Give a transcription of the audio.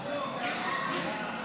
אני קובע כי ההצעה הזאת